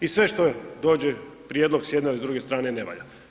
I sve što dođe, prijedlog, s jedne ili druge strane ne valja.